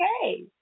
okay